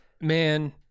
man